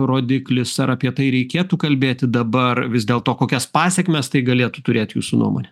rodiklis ar apie tai reikėtų kalbėti dabar vis dėlto kokias pasekmes tai galėtų turėt jūsų nuomone